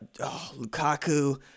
Lukaku